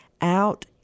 out